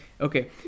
okay